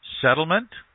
Settlement